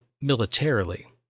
militarily